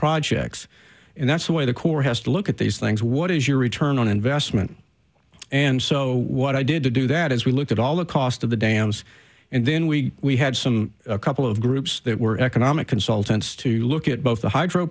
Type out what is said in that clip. projects and that's the way the corps has to look at these things what is your return on investment and so what i did to do that as we look at all the cost of the dams and then we had some a couple of groups that were economic consultants to look at both the hydro